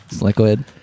liquid